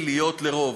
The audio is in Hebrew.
להיות לרוב.